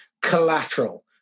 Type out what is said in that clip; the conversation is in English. collateral